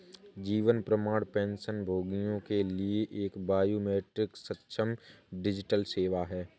जीवन प्रमाण पेंशनभोगियों के लिए एक बायोमेट्रिक सक्षम डिजिटल सेवा है